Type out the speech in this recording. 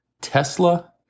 Tesla